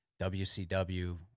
WCW